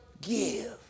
give